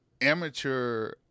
amateur